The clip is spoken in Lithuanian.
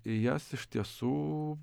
į jas iš tiesų